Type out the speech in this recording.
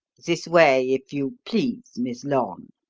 this way, if you please, miss lorne.